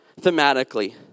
thematically